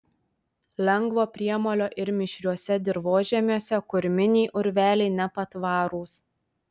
lengvo priemolio ir mišriuose dirvožemiuose kurminiai urveliai nepatvarūs